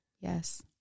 Yes